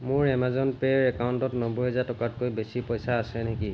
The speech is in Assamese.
মোৰ এমেজন পে'ৰ একাউণ্টত নব্বৈ হাজাৰ টকাতকৈ বেছি পইচা আছে নেকি